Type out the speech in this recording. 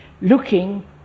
looking